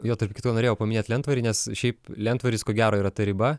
jo tarp kitko norėjau paminėt lentvarį nes šiaip lentvaris ko gero yra ta riba